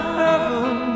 heaven